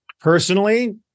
Personally